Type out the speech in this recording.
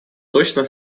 точно